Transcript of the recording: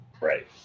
Right